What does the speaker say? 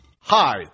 hi